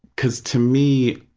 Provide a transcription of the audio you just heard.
because to me,